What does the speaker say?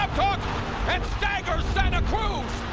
and staggers santa cruz.